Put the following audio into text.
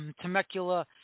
Temecula